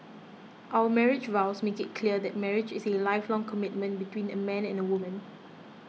our marriage vows make it clear that marriage is a lifelong commitment between a man and a woman